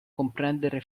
comprendere